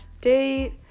date